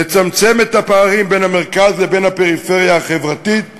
לצמצם את הפערים בין המרכז לבין הפריפריה החברתית והגיאוגרפית.